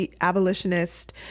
abolitionist